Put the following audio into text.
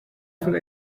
for